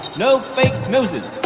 no fake noses.